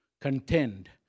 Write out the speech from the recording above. Contend